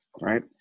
right